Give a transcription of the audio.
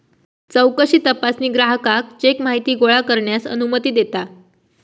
चौकशी तपासणी ग्राहकाक चेक माहिती गोळा करण्यास अनुमती देता